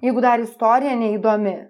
jeigu dar istorija neįdomi